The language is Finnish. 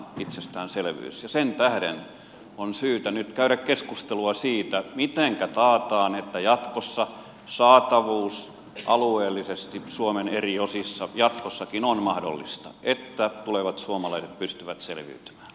ja sen tähden on syytä nyt käydä keskustelua siitä mitenkä taataan että saatavuus alueellisesti suomen eri osissa jatkossakin on mahdollista että tulevat suomalaiset pystyvät selviytymään